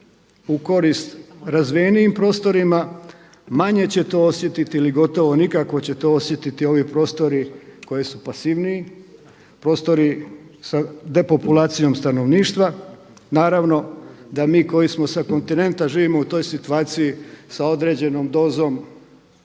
u korist razvijenijim prostorima, manje će to osjetiti ili gotovo nikako će to osjetiti ovi prostori koji su pasivniji, prostori sa depopulacijom stanovništva. Naravno da mi koji smo sa kontinenta živimo u toj situaciji sa određenom dozom